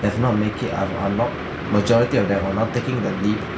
does not make it um are not majority of them are not taking the lead